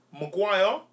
Maguire